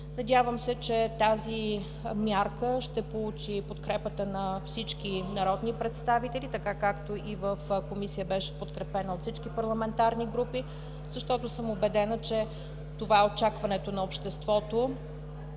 Надявам се, че тази мярка ще получи подкрепата на всички народни представители, както и в Комисията беше подкрепена от всички парламентарни групи, защото съм убедена, че това е очакването на обществото